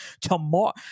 Tomorrow